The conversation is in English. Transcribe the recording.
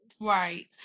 right